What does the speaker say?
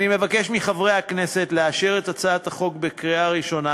אני מבקש מחברי הכנסת לאשר את הצעת החוק בקריאה ראשונה